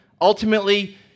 Ultimately